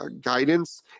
guidance